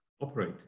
operate